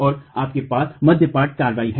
और आपके पास मध्यपट कार्रवाई है